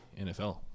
NFL